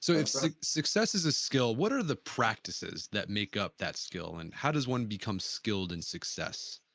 so if so like success is a skill what are the practices that make up that skill and how does one become skilled in success?